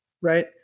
right